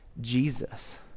Jesus